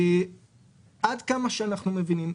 עד כמה שאנחנו מבינים,